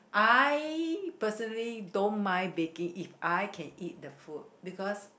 I personally don't mind baking if I can eat the food because